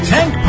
Tank